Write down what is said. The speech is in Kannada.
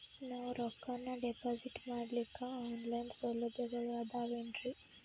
ನಾವು ರೊಕ್ಕನಾ ಡಿಪಾಜಿಟ್ ಮಾಡ್ಲಿಕ್ಕ ಆನ್ ಲೈನ್ ಸೌಲಭ್ಯಗಳು ಆದಾವೇನ್ರಿ?